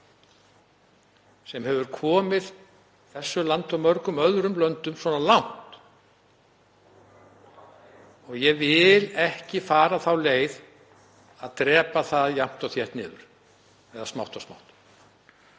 sem hafa komið þessu landi og mörgum öðrum löndum svona langt. Ég vil ekki fara þá leið að drepa það jafnt og þétt niður, eða smátt og smátt.